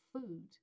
food